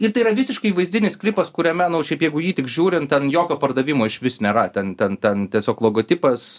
ir tai yra visiškai įvaizdinis klipas kuriame nu šiaip jeigu jį tik žiūrint ten jokio pardavimo išvis nėra ten ten ten tiesiog logotipas